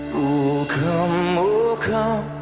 o come, o come,